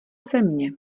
země